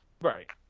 Right